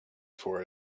for